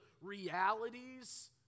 realities